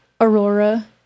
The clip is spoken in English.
Aurora